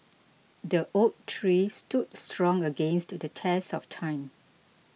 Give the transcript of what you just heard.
the oak tree stood strong against the test of time